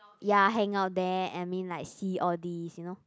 ya hang out there I mean like see all these you know